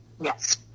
Yes